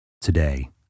Today